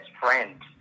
friend